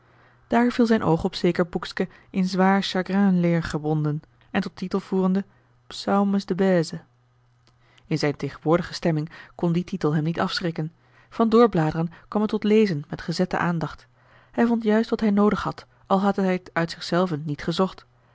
viel zijn oog op zeker boekske in zwaar chagrin leer gebonden en tot titel voerende psaumes de bèze in zijne tegenwoordige stemming kon die titel hem niet afschrikken van doorbladeren kwam het tot lezen met gezette aandacht hij vond juist wat hij noodig had al had hij het uit zich zelven niet gezocht